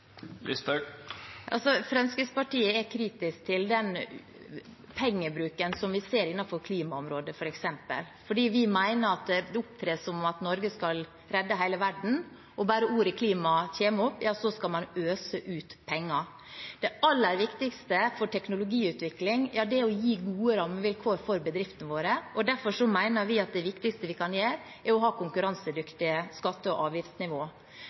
Fremskrittspartiet er kritisk til den pengebruken som vi ser f.eks. innenfor klimaområdet, fordi vi mener at man opptrer som om Norge skal redde hele verden, og bare ordet «klima» kommer opp, skal man øse ut penger. Det aller viktigste for teknologiutvikling er å gi gode rammevilkår til bedriftene våre. Derfor mener vi at det viktigste vi kan gjøre, er å ha et konkurransedyktig skatte- og avgiftsnivå.